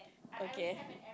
okay